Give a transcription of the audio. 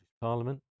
Parliament